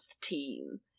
team